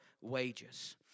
wages